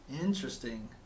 Interesting